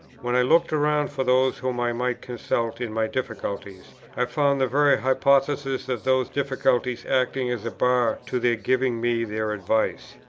when i looked round for those whom i might consult in my difficulties, i found the very hypothesis of those difficulties acting as a bar to their giving me their advice.